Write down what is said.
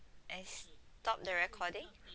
I stop the recording